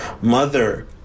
Mother